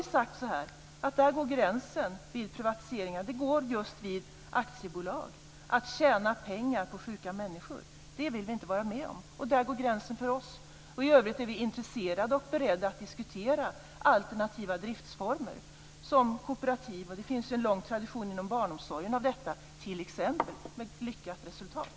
Vi har sagt att gränsen för privatisering går just vid bolagisering av sjukhus, vid att tjäna pengar på sjuka människor. Det vill vi inte vara med om. I övrigt är vi intresserade av och beredda att diskutera alternativa driftsformer såsom kooperativ. Det finns ju en lång tradition av kooperativ, t.ex. inom barnomsorgen, med lyckat resultat.